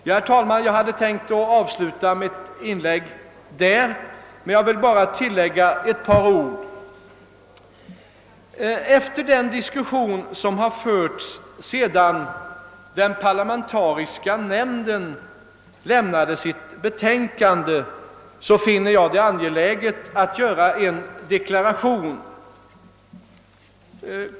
Herr talman! Jag hade nu tänkt sluta mitt inlägg men vill tillägga några ord. Efter den diskussion som förts sedan den parlamentariska nämnden lämnat sitt betänkande finner jag det angeläget att göra en deklaration.